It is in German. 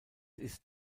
ist